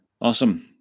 Awesome